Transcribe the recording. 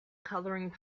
coloring